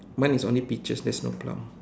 mine is only peaches there's no plum